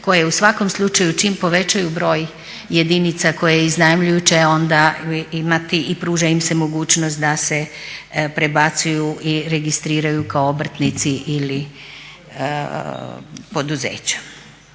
koje u svakom slučaju čim povećaju broj jedinica koje iznajmljuju će onda imati i pruža im se mogućnost da se prebacuju i registriraju kao obrtnici ili poduzeća.